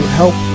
help